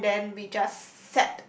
and then we just